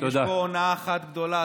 יש פה הונאה אחת גדולה.